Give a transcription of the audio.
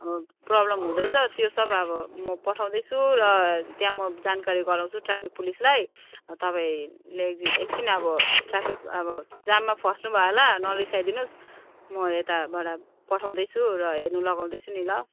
problem हुँदैछ त्यो सब अब म पठाउँदैछु र त्यहाँ म जानकारी गराउँछु ट्राफिक पुलिसलाई तपाईँले एकदिन एकछिन अब ट्राफिक अब जाममा फँस्नुभयो होला नरिसाइदिनुहोस् म यताबाट पठाउँदैछु र हेर्नु लगाउँदैछु नि ल